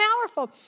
powerful